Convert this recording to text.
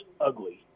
ugly